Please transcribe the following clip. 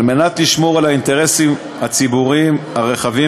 על מנת לשמור על האינטרסים הציבוריים הרחבים